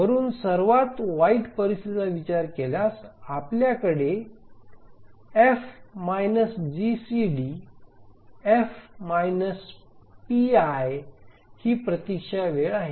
वरुन सर्वात वाईट परिस्थितीचा विचार केल्यास आपल्याकडे F GCD F - GCD F PI ही प्रतीक्षा वेळ आहे